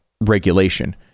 regulation